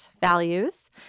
values